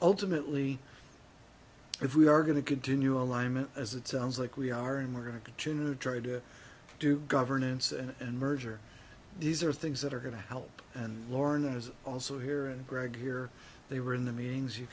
ultimately if we are going to continue alignment as it sounds like we are in we're going to continue to try to do governance and merger these are things that are going to help and lauren is also here and greg here they were in the meetings you